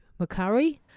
McCurry